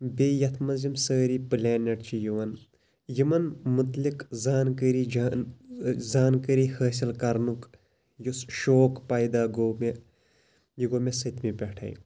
بیٚیہِ یَتھ مَنٛز یِم سٲری پلیٚنٹ چھِ یِوان یِمَن مُتعلِق زانکٲری جان زانکٲری حٲصِل کَرنُک یُس شوق پیدا گوٚو مےٚ یہِ گوٚو مےٚ سٔتمہِ پیٚٹھٕے